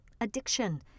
addiction